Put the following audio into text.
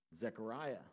Zechariah